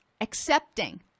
Accepting